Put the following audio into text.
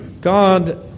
God